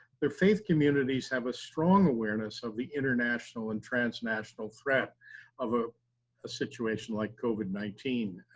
the faith communities have a strong awareness of the international and transnational threat of a a situation like covid nineteen.